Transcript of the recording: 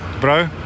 bro